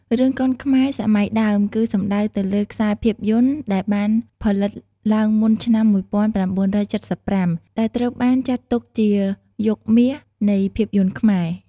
រឿងកុនខ្មែរសម័យដើម គឺសំដៅទៅលើខ្សែភាពយន្តដែលបានផលិតឡើងមុនឆ្នាំ១៩៧៥ ដែលត្រូវបានគេចាត់ទុកជា "យុគមាស" នៃភាពយន្តខ្មែរ។